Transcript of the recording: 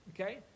Okay